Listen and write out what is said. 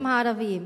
ביישובים הערביים.